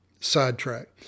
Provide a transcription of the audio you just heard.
sidetrack